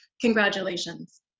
congratulations